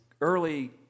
early